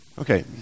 Okay